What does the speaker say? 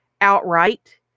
outright